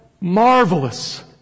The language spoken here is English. Marvelous